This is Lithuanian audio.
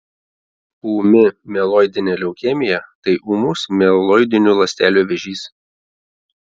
ūmi mieloidinė leukemija tai ūmus mieloidinių ląstelių vėžys